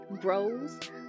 grows